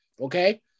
Okay